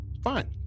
fine